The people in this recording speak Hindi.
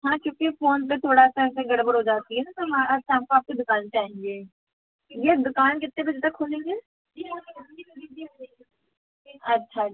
हाँ क्योंकि फोन पर थोड़ा सा ऐसे गड़बड़ हो जाती है ना तो हम आज शाम को आप की दुकान पर आएंगे ये दुकान कितने बजे तक खुलेंगे अच्छा जी